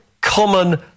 common